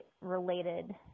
related